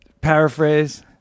paraphrase